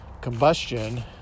combustion